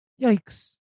Yikes